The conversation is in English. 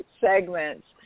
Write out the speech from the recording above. segments